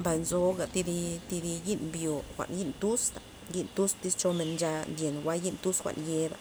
Mbay nzoga thi dib thi di yi'n mbyo jwa'n yi'n tusta, yi'n tus tyz chomen ncha ndyen ncha yi'n tus jwa'n yeba